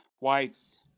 whites